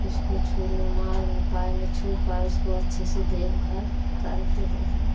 उसको छू ना मार ना पाए ना छू पाए उसको अच्छे से देखभाल करते हे हम